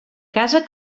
casa